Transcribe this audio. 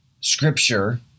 Scripture